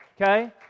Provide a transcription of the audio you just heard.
Okay